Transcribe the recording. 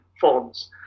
forms